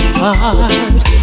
heart